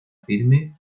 firme